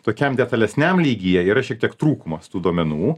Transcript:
tokiam detalesniam lygyje yra šiek tiek trūkumas tų duomenų